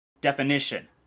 definition